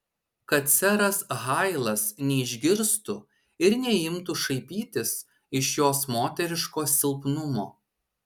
kad seras hailas neišgirstų ir neimtų šaipytis iš jos moteriško silpnumo